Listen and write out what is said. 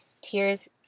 tears